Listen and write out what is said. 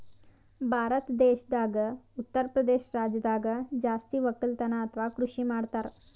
ಭಾರತ್ ದೇಶದಾಗ್ ಉತ್ತರಪ್ರದೇಶ್ ರಾಜ್ಯದಾಗ್ ಜಾಸ್ತಿ ವಕ್ಕಲತನ್ ಅಥವಾ ಕೃಷಿ ಮಾಡ್ತರ್